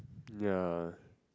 ya